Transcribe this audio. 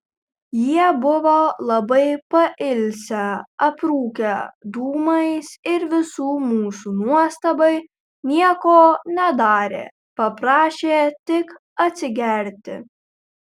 jie buvo labai pailsę aprūkę dūmais ir visų mūsų nuostabai nieko nedarė paprašė tik atsigerti